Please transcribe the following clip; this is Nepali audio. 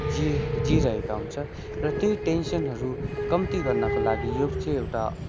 जि जिइरहेका हुन्छ र त्यही टेन्सनहरू कम्ती गर्नका लागि योग चाहिँ एउटा